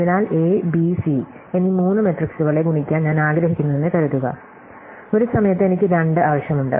അതിനാൽ A B C എന്നീ മൂന്ന് മെട്രിക്സുകളെ ഗുണിക്കാൻ ഞാൻ ആഗ്രഹിക്കുന്നുവെന്ന് കരുതുക ഒരു സമയത്ത് എനിക്ക് 2 ആവശ്യമുണ്ട്